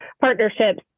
partnerships